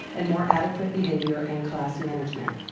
and more adequate behavior and class management.